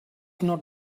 not